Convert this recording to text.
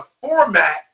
format